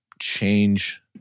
change